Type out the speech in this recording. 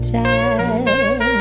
time